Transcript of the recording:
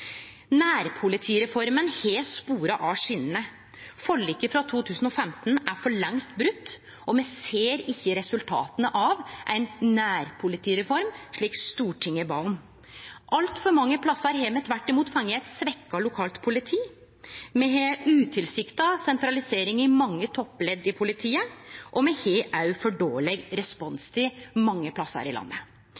Nærpolitireforma har spora av skjenene. Forliket frå 2015 er for lengst brote, og me ser ikkje resultata av ei nærpolitireform, slik Stortinget bad om. Altfor mange plassar har me tvert imot fått eit svekt lokalt politi. Me har utilsikta sentralisering i mange toppledd i politiet, og me har òg for dårleg